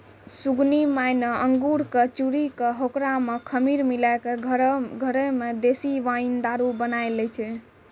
सुगनी माय न अंगूर कॅ चूरी कॅ होकरा मॅ खमीर मिलाय क घरै मॅ देशी वाइन दारू बनाय लै छै